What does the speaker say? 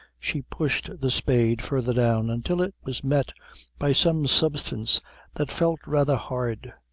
she pushed the spade further down, until it was met by some substance that felt rather hard.